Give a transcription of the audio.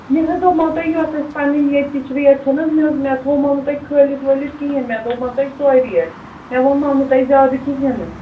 مےٚ حظ دوٚپمو تۄہہِ یۄس اَسہِ پَنٕنۍ ییٚتِچ ریٹ چھَنہٕ حظ مےٚ حظ مےٚ تھوٚومو نہٕ تۄہہِ کھٲلِتھ وٲلِتھ کِہیٖنۍ مےٚ دوٚپمو تۄہہِ سوے ریٹ مےٚ ووٚنمو نہٕ تۄہہِ زیادِٕ کِہیٖنۍ نہٕ